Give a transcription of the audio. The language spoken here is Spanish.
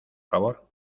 favor